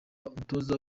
n’umutoza